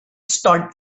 start